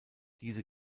diese